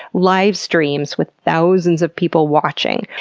livestreams with thousands of people watching.